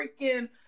freaking